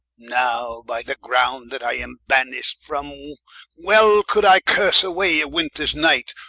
now by the ground that i am banish'd from, well could i curse away a winters night,